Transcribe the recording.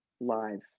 live